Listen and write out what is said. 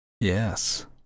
Yes